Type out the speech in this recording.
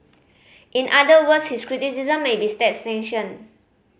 in other words his criticism may be state